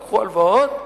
לקחו הלוואות,